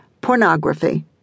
pornography